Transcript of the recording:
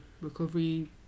recovery